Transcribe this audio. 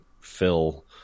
fill